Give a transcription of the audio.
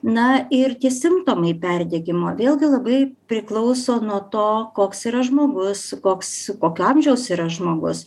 na ir tie simptomai perdegimo vėlgi labai priklauso nuo to koks yra žmogus koks kokio amžiaus yra žmogus